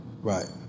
Right